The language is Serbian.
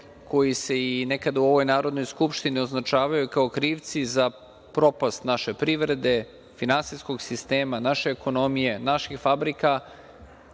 koji se i nekada u ovoj Narodnoj skupštini označavaju kao krivci za propast naše privrede, finansijskog sistema, naše ekonomije, naših fabrika